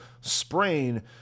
sprain